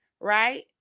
right